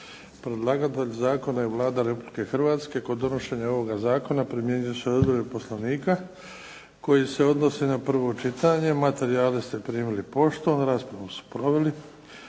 Predlagatelj Zakona je Vlada Republike Hrvatske, kod donošenja ovoga Zakona primjenjuju se odredbe Poslovnika koje se odnose na prvo čitanje. Materijale ste primili poštom. Raspravu su proveli